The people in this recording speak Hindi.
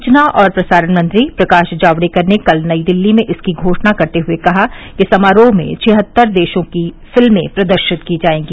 सूचना और प्रसारण मंत्री प्रकाश जावड़ेकर ने कल नई दिल्ली में इसकी घोषणा करते हुए कहा कि समारोह में छिहत्तर देशों की फिल्में प्रदर्शित की जायेंगी